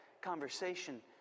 conversation